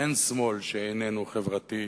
אין שמאל שאיננו חברתי,